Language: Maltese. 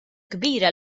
kbira